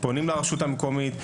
פונים לרשות המקומית,